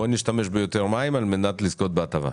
בוא נשתמש ביותר מים על-מנת לזכות בהטבה.